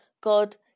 God